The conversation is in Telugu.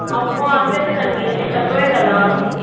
అమ్మో అంత ఎందుకండి తక్కువే కదా